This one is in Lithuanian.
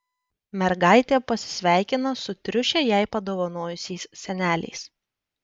mergaitė pasisveikina su triušę jai padovanojusiais seneliais